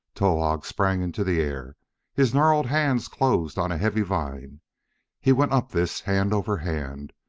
towahg sprang into the air his gnarled hands closed on a heavy vine he went up this hand over hand,